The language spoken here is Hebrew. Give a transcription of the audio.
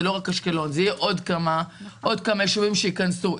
זה לא רק אשקלון אלא עוד כמה ישובים ייכנסו.